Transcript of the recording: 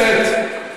חבר הכנסת.